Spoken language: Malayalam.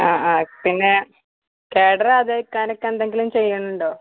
ആ ആ പിന്നെ കേടുവരാതെ ഇരിക്കാൻ എന്തെങ്കിലും ചെയ്യുന്നുണ്ടോ